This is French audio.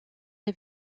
les